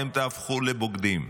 אתם תהפכו לבוגדים.